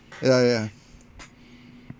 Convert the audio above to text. yeah yeah